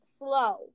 Slow